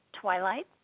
twilight